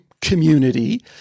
community